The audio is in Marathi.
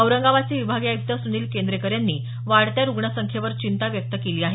औरंगाबाचे विभागीय आयुक्त सुनील केंद्रेकर यांनी वाढत्या रुग्णसंख्येवर चिंता व्यक्त केली आहे